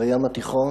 בים התיכון,